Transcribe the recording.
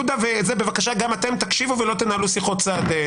יהודה, וגם אתם תקשיבו ולא תנהלו שיחות צד.